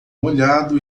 molhado